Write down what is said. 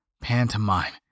pantomime